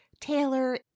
Taylor